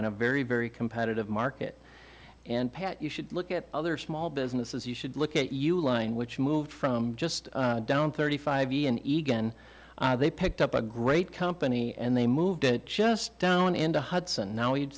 in a very very competitive market and pat you should look at other small businesses you should look at you line which moved from just down thirty five eagan they picked up a great company and they moved it just down into hudson now you'd